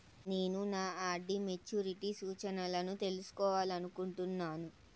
నేను నా RD maturity సూచనలను తెలుసుకోవాలనుకుంటున్నాను